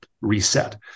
reset